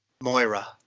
Moira